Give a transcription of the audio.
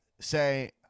say